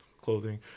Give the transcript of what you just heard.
clothing